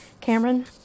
Cameron